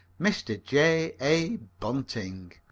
mr. j. a. bunting